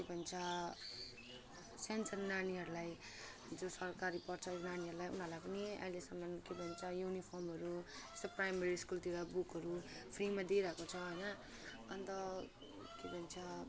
के भन्छ सानो सानो नानीहरूलाई जो सरकारी पढ्छ यो नानीहरूलाई उनीहरूलाई पनि अहिलेसम्म के भन्छ युनिफर्महरू यसो प्राइमेरी स्कुलतिर बुकहरू फ्रीमा दिइरहेको छ होइन अन्त के भन्छ